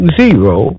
zero